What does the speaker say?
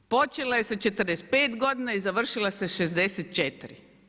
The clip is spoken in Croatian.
Počela je sa 45 godina i završila sa 64.